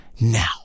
Now